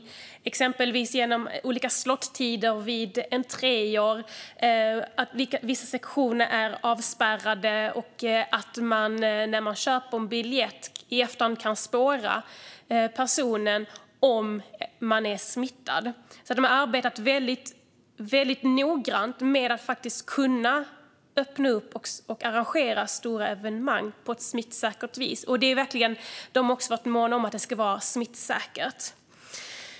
Det kan röra sig om olika slottider vid entréer, att vissa sektioner är avspärrade och att den som köper en biljett kan spåras i efterhand om personen är smittad. De har alltså arbetat väldigt noggrant för att kunna öppna upp och arrangera stora evenemang på ett smittsäkert sätt; det har de verkligen varit måna om.